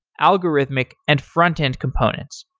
algorithmic, and front end components.